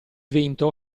vento